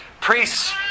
Priests